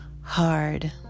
hard